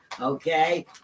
Okay